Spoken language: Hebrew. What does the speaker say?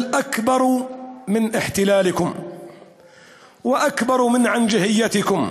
יותר מהכיבוש שלכם ומההתנשאות שלכם,